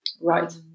right